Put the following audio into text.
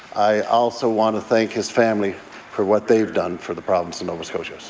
i also want to thank his family for what they've done for the province of nova scotia. so